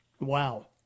Wow